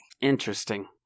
Interesting